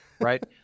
right